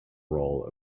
role